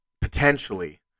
potentially